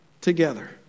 together